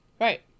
right